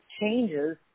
changes